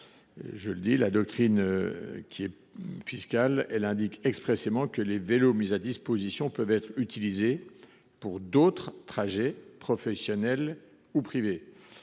d’abord, la doctrine fiscale indique expressément que les vélos mis à disposition peuvent être utilisés pour d’autres trajets professionnels ou privés.